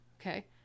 okay